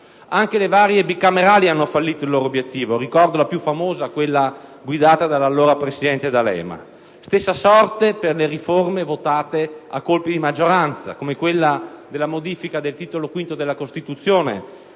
Anche le varie Commissioni bicamerali hanno fallito il loro obiettivo; ricordo la più famosa, quella guidata dall'allora presidente D'Alema. Stessa sorte per le riforme votate a colpi di maggioranza, come quella della modifica del Titolo V della Costituzione,